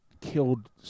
killed